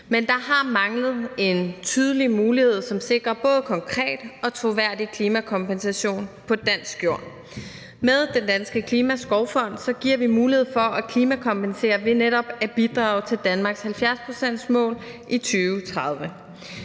Men der har manglet en tydelig mulighed, som sikrer både konkret og troværdig klimakompensation på dansk jord. Med Den Danske Klimaskovfond giver vi mulighed for at klimakompensere ved netop at bidrage til Danmarks 70-procentsmål i 2030.